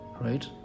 Right